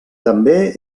també